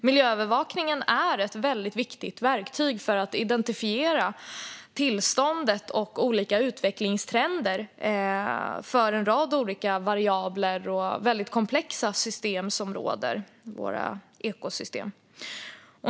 Miljöövervakning är ett väldigt viktigt verktyg för att identifiera tillståndet och utvecklingstrender för en rad olika variabler och väldigt komplexa system som finns i våra ekosystem.